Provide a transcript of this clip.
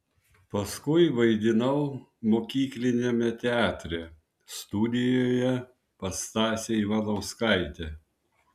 paskui vaidinau mokykliniame teatre studijoje pas stasę ivanauskaitę